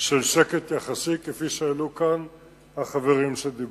של שקט יחסי, כפי שהעלו כאן החברים שדיברו.